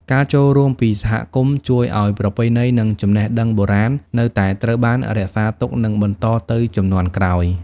ការចូលរួមពីសហគមន៍ជួយឱ្យប្រពៃណីនិងចំណេះដឹងបុរាណនៅតែត្រូវបានរក្សាទុកនិងបន្តទៅជំនាន់ក្រោយ។